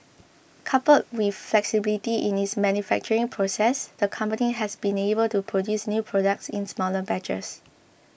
coupled with flexibility in its manufacturing process the company has been able to produce new products in smaller batches